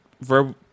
Verb